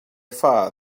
far